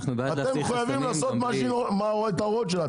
אתם מחויבים לבצע את ההוראות שלה,